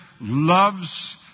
loves